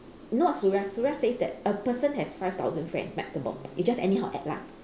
you know what suria suria says that a person has five thousand friends maximum it just anyhow add lah